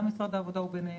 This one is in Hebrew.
גם משרד העבודה הוא ביניהם.